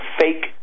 fake